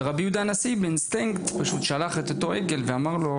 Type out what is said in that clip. ורבי יהודה הנשיא באינסטינקט פשוט שלח את אותו עגל ואמר לו,